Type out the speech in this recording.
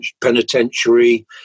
penitentiary